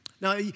Now